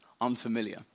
unfamiliar